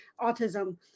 autism